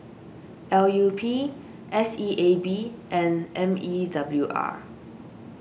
L U P S E A B and M E W R